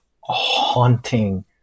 haunting